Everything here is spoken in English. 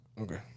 Okay